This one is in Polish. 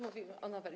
Mówimy o noweli.